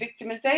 victimization